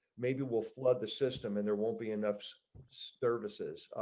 maybe will flood the system and there will be an ups services.